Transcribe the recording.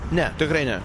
ne tikrai ne